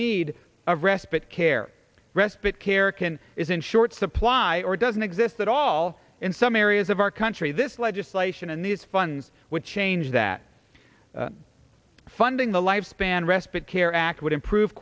need of respite care respite care can is in short supply or doesn't exist at all in some areas of our country this legislation and these funds would change that funding the lifespan respite care act would improve